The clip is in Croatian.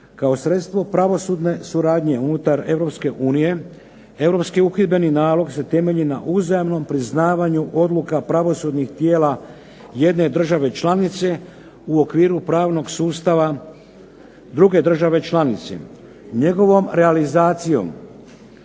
Kao sredstvo pravosudne suradnje unutar Europske unije, Europski uhidbeni nalog se temelji na uzajamnom priznavanju odluka pravosudnih tijela jedne države članice u okviru pravnog sustava druge države članice. Njegovom realizacijom